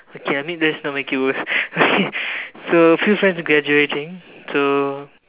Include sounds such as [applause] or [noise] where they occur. okay I mean let's not make it worse [laughs] okay so few friends graduating so